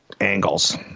angles